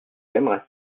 aimerait